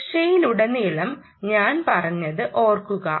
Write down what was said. സുരക്ഷയിലുടനീളം ഞാൻ പറഞ്ഞത് ഓർക്കുക